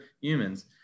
humans